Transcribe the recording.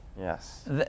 Yes